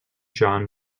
john